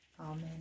Amen